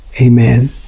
amen